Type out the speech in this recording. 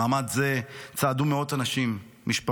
במעמד זה צעדו בשקט ובדממה מאות אנשים, משפחות,